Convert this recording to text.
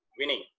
winning